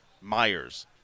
Myers